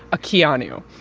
a kion you,